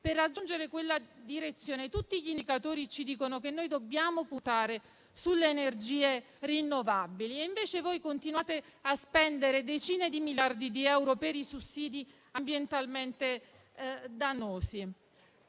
Per raggiungere quella direzione tutti gli indicatori ci dicono che dobbiamo puntare sulle energie rinnovabili. Invece voi continuate a spendere decine di miliardi di euro per i sussidi ambientalmente dannosi